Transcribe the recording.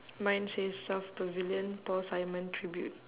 mine says south pavilion paul simon tribute